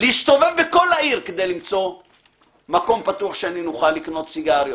להסתובב בכל העיר כדי למצוא מקום פתוח שאוכל לקנות סיגריות.